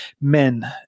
men